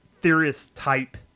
theorist-type